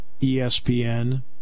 ESPN